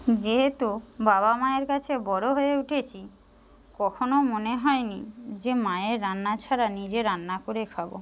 যেহেতু বাবা মায়ের কাছে বড়ো হয়ে উঠেছি কখনো মনে হয় নি যে মায়ের রান্না ছাড়া নিজে রান্না করে খাবো